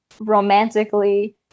romantically